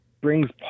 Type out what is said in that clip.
brings